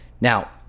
Now